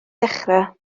ddechrau